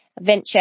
venture